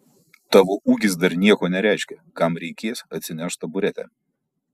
tavo ūgis dar nieko nereiškia kam reikės atsineš taburetę